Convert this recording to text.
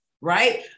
right